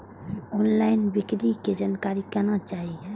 Online बिक्री के जानकारी केना चाही?